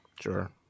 Sure